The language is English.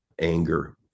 anger